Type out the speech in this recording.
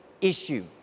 issue